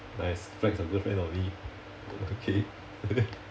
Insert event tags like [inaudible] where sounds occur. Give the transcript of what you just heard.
nice flex your girlfriend on me okay [laughs]